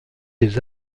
des